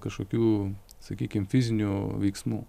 kažkokių sakykim fizinių veiksmų